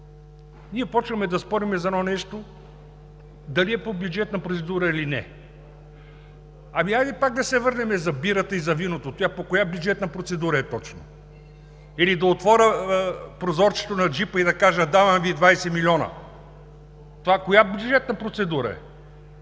ние започваме да спорим за едно нещо – дали е по бюджетна процедура или не. Ами хайде пак да се върнем за бирата и за виното. По коя точно бюджетна процедура са те? Или да отворя прозорчето на джипа и да кажа: „Давам Ви 20 милиона!“ Това по коя бюджетна процедура е?